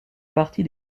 partie